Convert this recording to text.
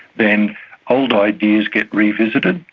then old ideas get revisited.